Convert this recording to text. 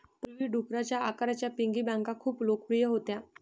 पूर्वी, डुकराच्या आकाराच्या पिगी बँका खूप लोकप्रिय होत्या